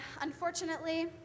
unfortunately